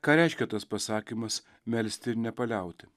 ką reiškia tas pasakymas melsti ir nepaliauti